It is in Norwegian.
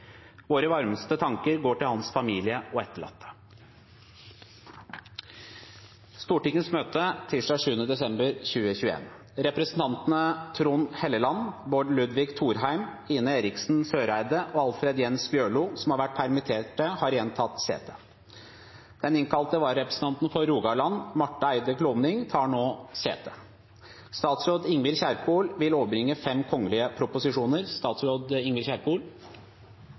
Våre varmeste tanker går til hans familie og etterlatte. Representantene Trond Helleland , Bård Ludvig Thorheim , Ine Eriksen Søreide og Alfred Jens Bjørlo , som har vært permittert, har igjen tatt sete. Den innkalte vararepresentanten for Rogaland, Marte Eide Klovning , tar nå sete. Representanten Guri Melby vil